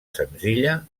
senzilla